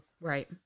Right